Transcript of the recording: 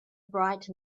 bright